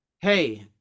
hey